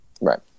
Right